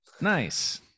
nice